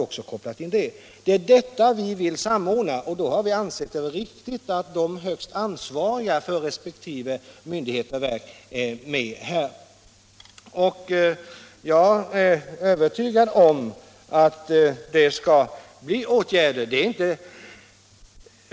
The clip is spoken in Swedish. Vi har då ansett det riktigt att de högsta ansvariga för resp. myndigheter och verk står för detta. Jag är övertygad om att det kommer att vidtas åtgärder.